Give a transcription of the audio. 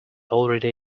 already